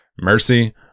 Mercy